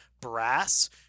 brass